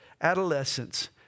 adolescence